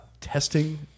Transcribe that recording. testing